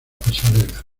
pasarela